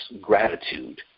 gratitude